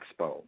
Expo